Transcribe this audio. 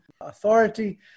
authority